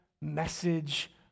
message